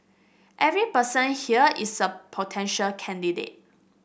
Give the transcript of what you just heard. every person here is a potential candidate